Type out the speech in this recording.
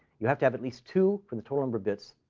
you have to have at least two from the total number of bits.